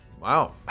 wow